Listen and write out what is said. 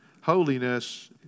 Holiness